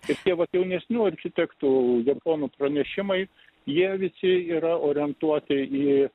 ir tie va tų jaunesnių architektų japonų pranešimai jie visi yra orientuoti į